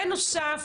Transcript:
בנוסף,